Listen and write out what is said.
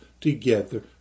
together